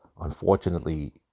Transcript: unfortunately